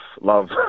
love